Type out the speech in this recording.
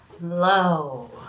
low